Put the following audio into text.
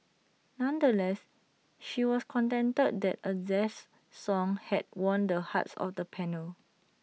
nonetheless she was contented that A jazz song had won the hearts of the panel